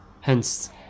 Hence